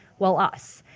well us.